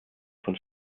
von